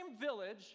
village